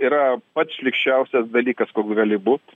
yra pats šlykščiausias dalykas koks gali būt